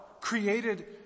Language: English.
created